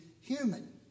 human